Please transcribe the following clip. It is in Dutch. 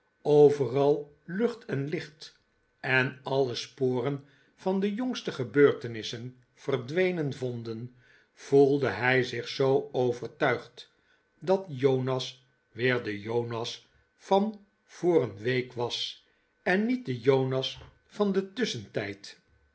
overal lucht en licht en alle sporen van de jongste gebeurtenissen verdwenen vonden voelde hij zich zoo overtuigd dat jonas weer de jonas van voor een week was en niet de jonas van den tuss'chentijd